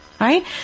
Right